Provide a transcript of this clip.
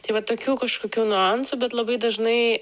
tai va tokių kažkokių nuansų bet labai dažnai